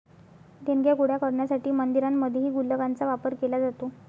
देणग्या गोळा करण्यासाठी मंदिरांमध्येही गुल्लकांचा वापर केला जातो